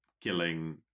killing